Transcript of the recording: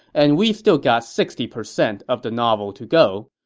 and we've still got sixty percent of the novel to go.